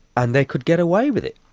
and they could get away with it.